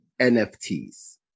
NFTs